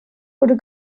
wurde